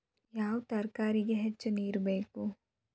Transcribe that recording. ಯಾವ ತರಕಾರಿಗೆ ಹೆಚ್ಚು ನೇರು ಬೇಕು?